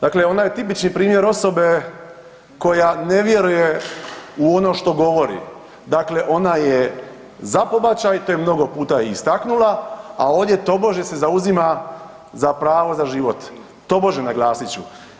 Dakle, ona je tipični primjer osobe koja ne vjeruje u ono što govori, dakle ona je za pobačaj, to je mnogo puta i istaknula, a ovdje tobože se zauzima za pravo za život, tobože naglasit ću.